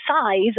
size